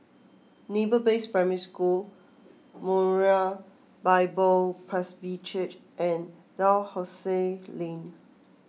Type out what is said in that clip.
Naval Base Primary School Moriah Bible Presby Church and Dalhousie Lane